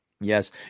yes